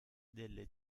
delle